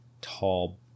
tall